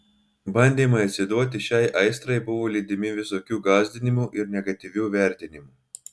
bandymai atsiduoti šiai aistrai buvo lydimi visokių gąsdinimų ir negatyvių vertinimų